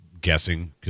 guessing